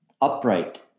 upright